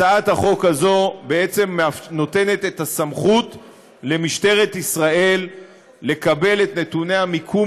הצעת החוק הזאת בעצם נותנת למשטרת ישראל את הסמכות לקבל את נתוני המיקום